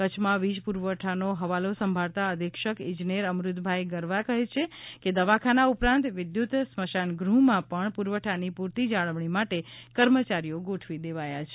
કચ્છમાં વીજ પુરવઠાનો હવાલો સાંભળતા અધિક્ષક ઈજનેર અમૃતભાઇ ગરવા કહે છે કે દવાખાના ઉપરાંત વિદ્યુત સ્મશાનગૃહમાં પણ પુરવઠાની પૂરતી જાળવણી માટે કર્મચારીઓ ગોઠવી દેવાયા છે